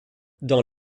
dans